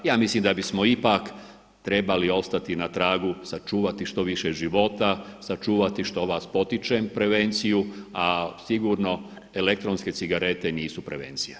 Ja mislim da bismo ipak trebali ostati na tragu sačuvati što više života, sačuvati što vas potičem prevenciju, a sigurno elektronske cigarete nisu prevencija.